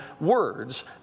words